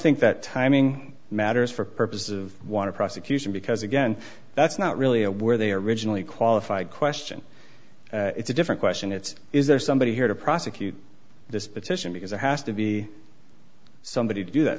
think that timing matters for purposes of water prosecution because again that's not really a where they originally qualified question it's a different question it's is there somebody here to prosecute this petition because there has to be somebody to do that